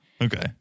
Okay